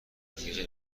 دیگه